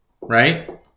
right